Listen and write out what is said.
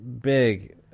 big